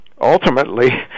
ultimately